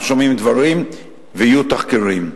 אנחנו שומעים דברים ויהיו תחקירים.